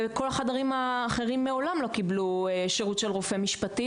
וכל החדרים האחרים מעולם לא קיבלו שירות של רופא משפטי,